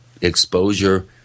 exposure